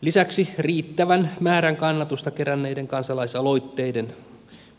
lisäksi riittävän määrän kannatusta keränneiden kansalaisaloitteiden